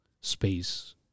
space